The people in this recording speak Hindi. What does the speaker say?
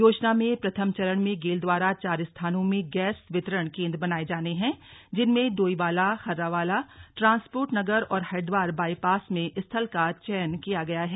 योजना में प्रथम चरण में गेल द्वारा चार स्थानों में गैस वितरण केन्द्र बनाये जाने हैं जिनमें डोईवाला हर्रावाला ट्रांसपोर्ट नगर और हरिद्वार बाईपास में स्थल का चयन किया गया है